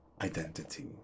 identity